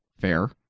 fair